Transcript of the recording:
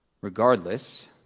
Regardless